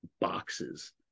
boxes